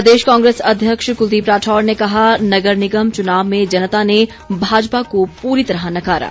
प्रदेश कांग्रेस अध्यक्ष कुलदीप राठौर ने कहा नगर निगम चुनाव में जनता ने भाजपा को पूरी तरह नकारा